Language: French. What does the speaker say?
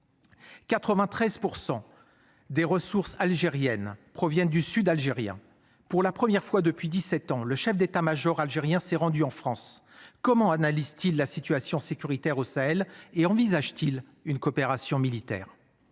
93%. Des ressources algériennes proviennent du sud algérien. Pour la première fois depuis 17 ans le chef d'État-Major algérien s'est rendu en France comment, analyse-t-il. La situation sécuritaire au Sahel et envisage-t-il une coopération militaire.